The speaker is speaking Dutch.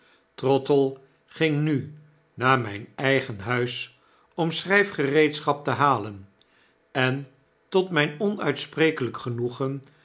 trottle ging nu naar mijn eigen huis om schrijfgereedschap te halen en tot mijn onuitsprekelijk genoegen